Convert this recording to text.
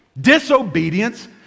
disobedience